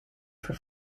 für